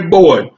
boy